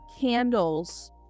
candles